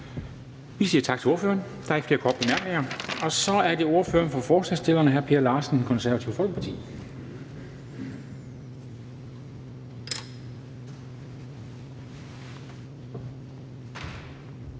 Vi siger tak til ordføreren. Der er ikke flere korte bemærkninger. Så er det ordføreren for forslagsstillerne, hr. Per Larsen, Det Konservative Folkeparti.